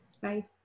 bye